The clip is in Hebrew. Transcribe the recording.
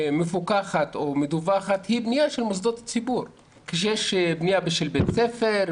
שמפוקחת או מדווחת היא בנייה של מוסדות ציבור כשיש בנייה של בתי ספר,